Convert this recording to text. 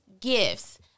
gifts